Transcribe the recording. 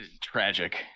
tragic